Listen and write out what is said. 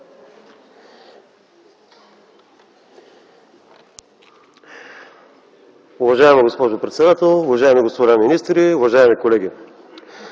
Уважаема госпожо председател, уважаеми господа министри, уважаеми колеги!